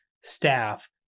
staff